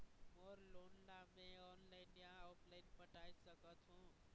मोर loan ला मैं online या ऑफलाइन पटाए सकथों?